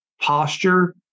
posture